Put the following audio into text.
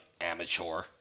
amateur